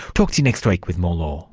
talk to you next week with more law